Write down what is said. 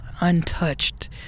untouched